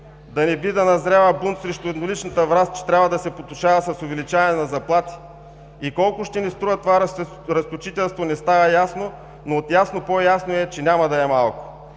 Да не би да назрява бунт срещу едноличната власт, че трябва да се потушава с увеличаване на заплати? И колко ще ни струва това разточителство – не става ясно, но от ясно по-ясно е, че няма да е малко.